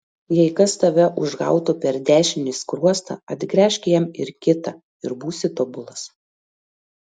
jei kas tave užgautų per dešinį skruostą atgręžk jam ir kitą ir būsi tobulas